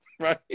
Right